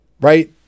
Right